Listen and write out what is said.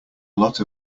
lot